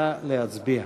נא להצביע.